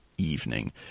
evening